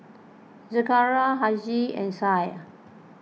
Zakaria Aishah and Syah